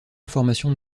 information